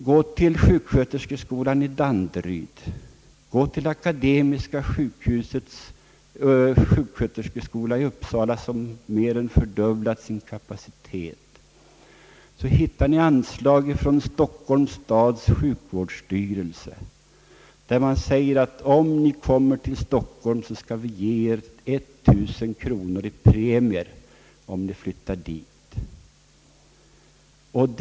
Går vi till sjuksköterskeskolan i Danderyd eller till Akademiska sjukhusets sjuksköterskeskola i Uppsala, som mer än fördubblat sin kapacitet, hittar vi anslag från Stockholms stads sjukvårdsstyrelse, där man säger att man skall ge 1000 kronor i premier till dem som kommer till Stockholm.